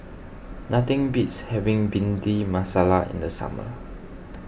nothing beats having Bhindi Masala in the summer